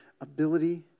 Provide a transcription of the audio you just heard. ability